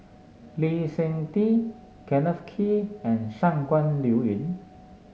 Lee Seng Tee Kenneth Kee and Shangguan Liuyun